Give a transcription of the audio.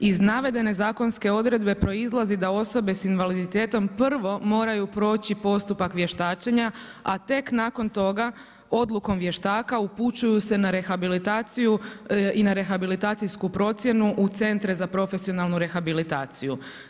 Iz navedene zakonske odredbe proizlazi da osobe s invaliditetom prvo moraju proći postupak vještačenja, a tek nakon toga odlikom vještaka upućuju se na rehabilitaciju i na rehabilitacijsku procjenu u centre za profesionalnu rehabilitaciju.